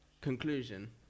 conclusion